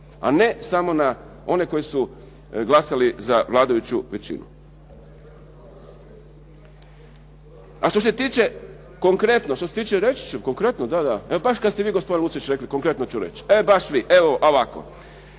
a ne samo na one koji su glasali za vladajuću većinu. A što se tiče, reći ću konkretno. Baš kad ste vi gospodine Lucić rekli konkretno ću reći. Dakle, što se